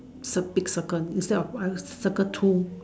cir big circle instead one circle two